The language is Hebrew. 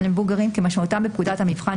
למבוגרים״ - כמשמעותם !כפקודת המבחן ,